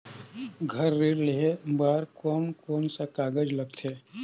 घर ऋण लेहे बार कोन कोन सा कागज लगथे?